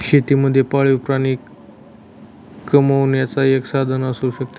शेती मध्ये पाळीव प्राणी कमावण्याचं एक साधन असू शकतो